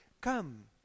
come